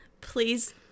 please